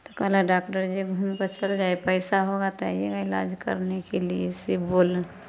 तऽ कहलनि डाक्टर जे घूम कर चल जाइए पैसा होगा तऽ आइएगा इलाज करने के लिए से बोललनि